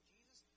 Jesus